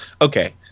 okay